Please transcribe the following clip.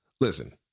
listen